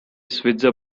switzer